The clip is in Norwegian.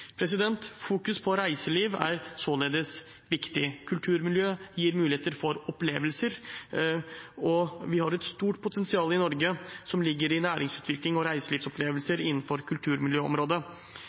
på reiseliv er således viktig. Kulturmiljø gir muligheter for opplevelser, og vi har et stort potensial i Norge som ligger i næringsutvikling og